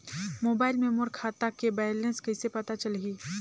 Mobile मे मोर खाता के बैलेंस कइसे पता चलही?